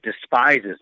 despises